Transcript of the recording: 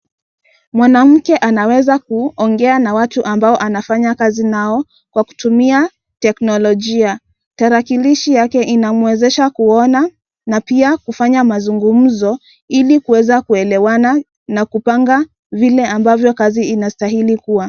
Mwanamke anaweza kuongea na watu ambao anafanya kazi nao, kwa kutumia teknolojia. Tarakilishi yake inamwezesha kuona, na pia kufanya mazungumzo, ili kuweza kuelewana na kupanga vile ambavyo kazi inastahili kuwa.